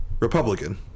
Republican